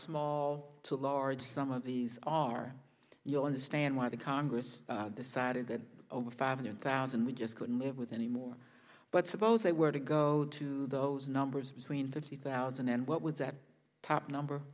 small to large some of these are you understand why the congress decided that over five hundred thousand we just couldn't live with anymore but suppose they were to go to those numbers between thirty thousand and what would that top number